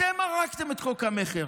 אתם הרגתם את חוק המכר